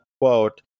quote